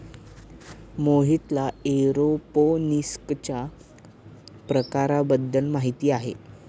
मोहितला एरोपोनिक्सच्या प्रकारांबद्दल माहिती आहे